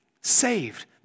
saved